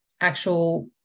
actual